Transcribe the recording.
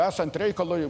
esant reikalui